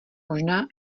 možná